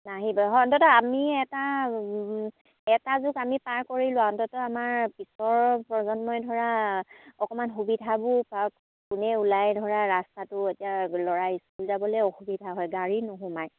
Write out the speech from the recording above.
নাহি বে হয় অন্ততঃ আমি এটা এটা যুগ আমি পাৰ কৰিলোঁ আৰু অন্ততঃ আমাৰ পিছৰ প্ৰজন্মই ধৰা অকণমান সুবিধাবোৰ পাওক পোনে ওলাই ধৰা ৰাস্তাটো এতিয়া ল'ৰা স্কুল যাবলৈ অসুবিধা হয় গাড়ী নোসোমাই